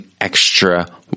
extra